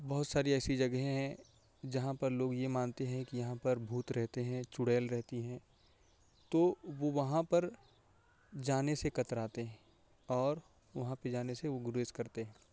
بہت ساری ایسی جگہیں ہیں جہاں پر لوگ یہ مانتے ہیں کہ یہاں پر بھوت رہتے ہیں چڑیل رہتی ہیں تو وہ وہاں پر جانے سے کتراتے ہیں اور وہاں پہ جانے سے وہ گریز کرتے ہیں